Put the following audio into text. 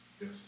Yes